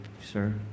sir